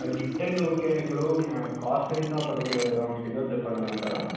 gift అయితే okay అండి ఇప్పుడు కాస్ట్ ఎంత పర్టిక్యులర్ ఆ రౌండ్ ఫిగర్ చెప్పగలుగుతారా